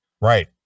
Right